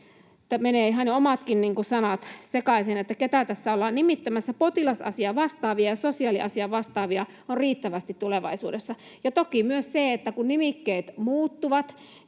menee ihan omatkin sanat sekaisin, että ketä tässä ollaan nimittämässä — potilasasiavastaavia ja sosiaaliasiavastaavia on riittävästi tulevaisuudessa? Ja toki myös se, että kun nimikkeet muuttuvat,